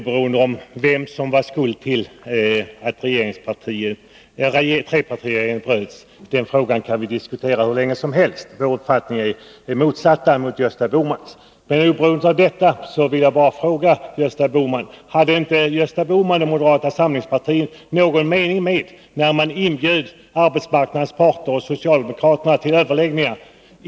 Fru talman! Vem som bar skulden till att trepartiregeringen bröts kan vi diskutera hur länge som helst. Vår uppfattning är den motsatta till Gösta Bohmans. Men oberoende av detta vill jag fråga Gösta Bohman: Hade inte Gösta Bohman och moderata samlingspartiet någon mening med att inbjuda arbetsmarknadens parter och socialdemokraterna till överläggningar?